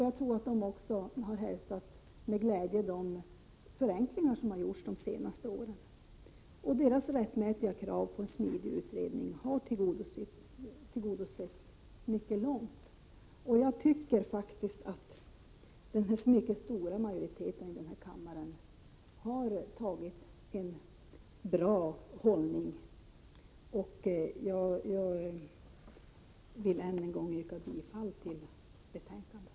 Jag tror också att de med glädje har hälsat de förenklingar som har gjorts under de senaste åren, och deras rättmätiga krav på en smidig utredning har tillgodosetts i mycket hög grad. Jag tror faktiskt att den mycket stora majoriteten i den här kammaren har intagit en bra hållning, och jag vill än en gång yrka bifall till utskottets hemställan.